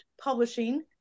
Publishing